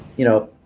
you know,